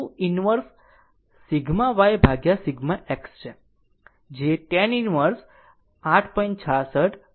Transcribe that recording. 2 અને α એ tan નું ઇન્વર્સ σyσx છે